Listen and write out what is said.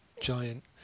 giant